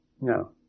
No